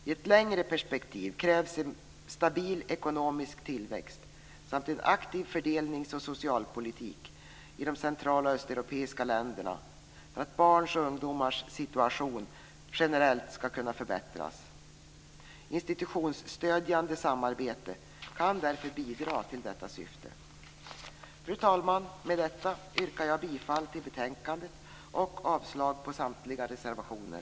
I ett längre perspektiv krävs stabil ekonomisk tillväxt samt en aktiv fördelnings och socialpolitik i de central och östeuropeiska länderna för att barns och ungdomars situation generellt ska kunna förbättras. Institutionsstödjande samarbete kan därför bidra till detta syfte. Fru talman! Med detta yrkar jag bifall till utskottets hemställan och avslag på samtliga reservationer.